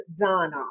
Donna